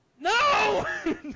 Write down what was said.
No